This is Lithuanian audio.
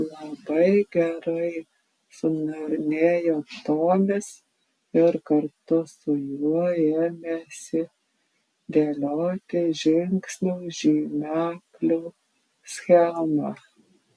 labai gerai suniurnėjo tomis ir kartu su juo ėmėsi dėlioti žingsnių žymeklių schemą